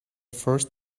first